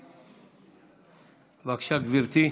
בבקשה, גברתי.